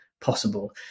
possible